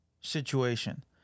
situation